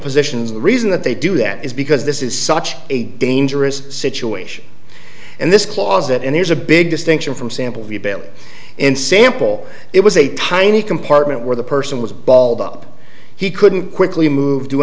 positions the reason that they do that is because this is such a dangerous situation and this closet and there's a big distinction from sample bell and sample it was a tiny compartment where the person was balled up he couldn't quickly move